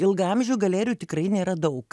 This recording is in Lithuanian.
ilgaamžių galerijų tikrai nėra daug